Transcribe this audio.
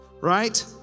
right